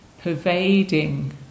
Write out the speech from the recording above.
pervading